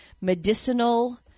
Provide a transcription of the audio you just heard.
medicinal